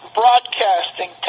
broadcasting